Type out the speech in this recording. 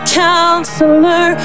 counselor